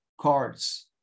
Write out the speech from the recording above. cards